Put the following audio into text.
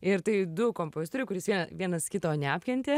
ir tai du kompozitoriai kuris vienas kito neapkentė